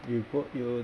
you group you